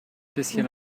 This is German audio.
bisschen